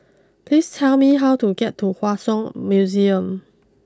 please tell me how to get to Hua Song Museum